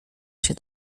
się